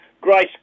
Grace